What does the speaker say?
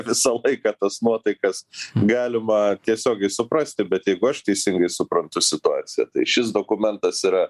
visą laiką tas nuotaikas galima tiesiogiai suprasti bet jeigu aš teisingai suprantu situaciją tai šis dokumentas yra